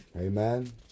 Amen